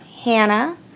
Hannah